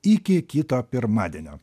iki kito pirmadienio